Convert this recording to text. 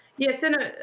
yes, senate